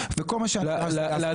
יש סמכות בחוק.